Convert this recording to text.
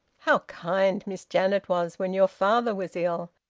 how kind miss janet was when your father was ill!